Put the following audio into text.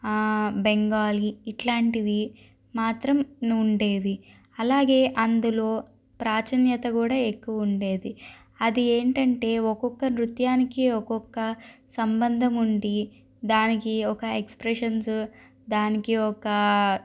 బెంగాలీ ఇలాంటివి మాత్రం ఉండేవి అలాగే అందులో ప్రావీణ్యత కూడా ఎక్కువ ఉండేది అది ఎంటంటే ఒక్కొక్క నృత్యానికి ఒక్కొక్క సంబంధం ఉంది దానికి ఒక ఎక్స్ప్రెషన్స్ దానికి ఒక